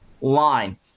line